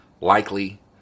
Likely